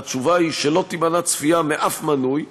התשובה היא שלא תימנע צפייה משום מנוי,